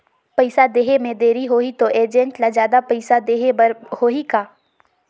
पइसा देहे मे देरी होही तो एजेंट ला जादा पइसा देही बर होही का?